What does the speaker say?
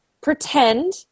pretend